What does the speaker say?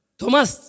Thomas